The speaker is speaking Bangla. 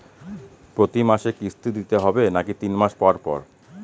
প্রতিমাসে কিস্তি দিতে হবে নাকি তিন মাস পর পর?